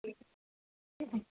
ٹ